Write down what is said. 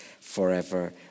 forever